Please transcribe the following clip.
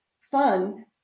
fun